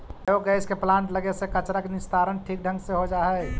biogas के plant लगे से कचरा के निस्तारण ठीक ढंग से हो जा हई